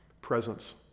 presence